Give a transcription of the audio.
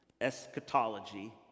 eschatology